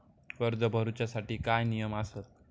कर्ज भरूच्या साठी काय नियम आसत?